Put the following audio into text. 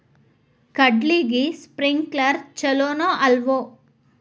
ಕಡ್ಲಿಗೆ ಸ್ಪ್ರಿಂಕ್ಲರ್ ಛಲೋನೋ ಅಲ್ವೋ?